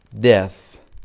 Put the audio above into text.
death